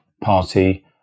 party